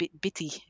bitty